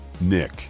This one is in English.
Nick